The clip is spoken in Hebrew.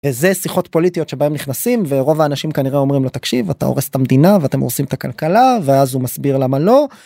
איזה שיחות פוליטיות שבהם נכנסים ורוב האנשים כנראה אומרים לו תקשיב אתה הורס את המדינה ואתם הורסים את הכלכלה ואז הוא מסביר למה לא.